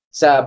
sa